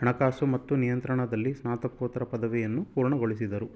ಹಣಕಾಸು ಮತ್ತು ನಿಯಂತ್ರಣದಲ್ಲಿ ಸ್ನಾತಕೋತ್ತರ ಪದವಿಯನ್ನು ಪೂರ್ಣಗೊಳಿಸಿದರು